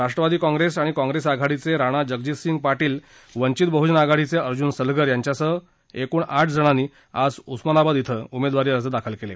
Rashtrawadi Congress आणि Congress आघाडीचे राणा जगजितसिंह पाटील वंचित बहुजन आघाडी चे अर्जुन सलगर यांच्यासह सह एकूण आठ जणांनी आज उस्मानाबाद श्विं उमेदवारी अर्ज दाखल केले